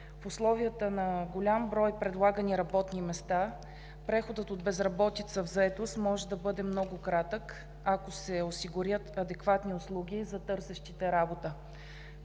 в условията на голям брой предлагани работни места преходът от безработица в заетост може да бъде много кратък, ако се осигурят адекватни услуги за търсещите работа.